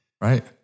Right